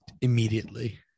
immediately